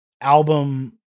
album